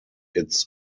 its